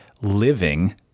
living